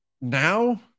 Now